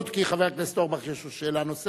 תהיה לו הזדמנות כי חבר הכנסת אורבך יש לו שאלה נוספת,